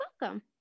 welcome